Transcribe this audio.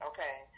Okay